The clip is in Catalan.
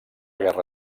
guerra